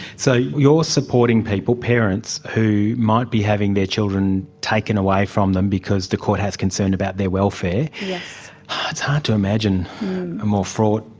so you're supporting people, parents who might be having their children taken away from them because the court has concern about their welfare. it's hard to imagine a more fraught,